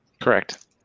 Correct